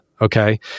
Okay